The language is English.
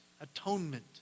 atonement